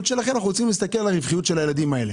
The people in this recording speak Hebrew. שלכם אנחנו רוצים להסתכל על הרווחיות של הילדים האלה.